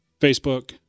Facebook